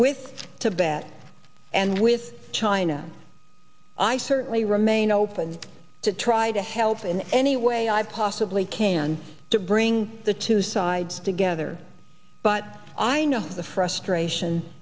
tibet and with china i certainly remain open to try to help in any way i possibly can to bring the two sides together but i know the frustration